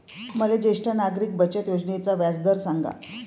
मले ज्येष्ठ नागरिक बचत योजनेचा व्याजदर सांगा